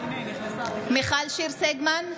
הכנסת) מיכל שיר סגמן,